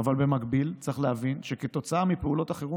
אבל במקביל צריך להבין שכתוצאה מפעולות החירום